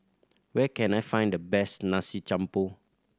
where can I find the best Nasi Campur